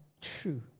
true